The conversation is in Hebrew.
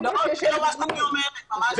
זה לא מה שאני אומרת, ממש לא.